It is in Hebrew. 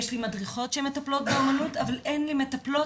יש לי מדריכות שמטפלות באומנות אבל אין לי מטפלות